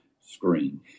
screen